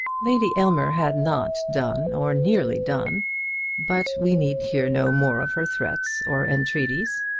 lady aylmer had not done, or nearly done but we need hear no more of her threats or entreaties.